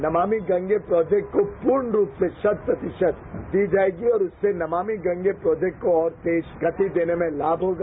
Namami Gange project पूर्ण को रूप से शत प्रतिशत दी जाएगी और उससे नमामि गंगे प्रोजेक्ट को और तेज गति देने में लाभ होगा